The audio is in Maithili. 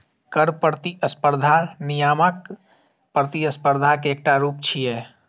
कर प्रतिस्पर्धा नियामक प्रतिस्पर्धा के एकटा रूप छियै